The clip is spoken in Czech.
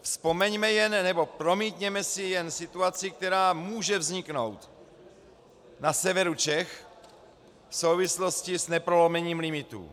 Vzpomeňme jen, nebo promítněme si jen situaci, která může vzniknout na severu Čech v souvislosti s neprolomením limitů.